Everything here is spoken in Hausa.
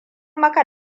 maka